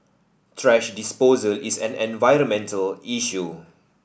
thrash disposal is an environmental issue